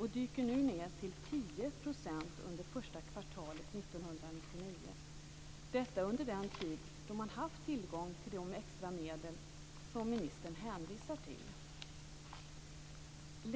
Nu dyker den ned till 10 % under första kvartalet 1999 - detta under den tid då man har haft tillgång till de extra medel som ministern hänvisar till.